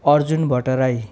Arjun Bhattarai